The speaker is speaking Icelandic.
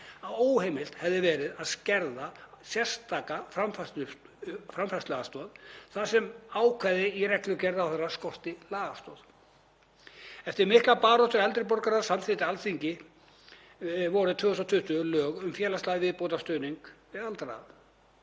að óheimilt hefði verið að skerða sérstaka framfærsluaðstoð þar sem ákvæði í reglugerð ráðherra skorti lagastoð. Eftir mikla baráttu eldri borgara samþykkti Alþingi vorið 2020 lög um félagslegan viðbótarstuðning við aldraða.